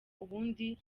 ubundi